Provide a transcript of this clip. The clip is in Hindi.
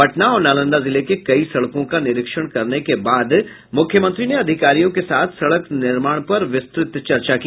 पटना और नालंदा जिले के कई सड़कों का निरीक्षण करने के बाद मुख्यमंत्री ने अधिकारियों के साथ सड़क निर्माण पर विस्तृत चर्चा की